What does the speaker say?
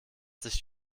sich